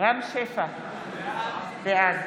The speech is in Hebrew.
רם שפע, בעד